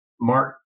Mark